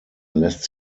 lässt